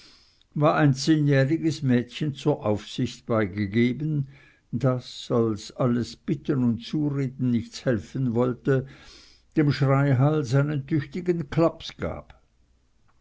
war ein zehnjähriges mädchen zur aufsicht beigegeben das als alles bitten und zureden nichts helfen wollte dem schreihals einen tüchtigen klaps gab